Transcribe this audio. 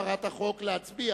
ולהצביע.